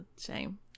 shame